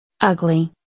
ugly